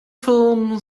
film